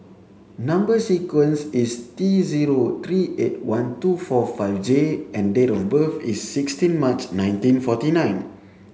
number sequence is T zero three eight one two four five J and date of birth is sixteen March nineteen forty nine